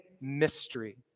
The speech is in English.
mystery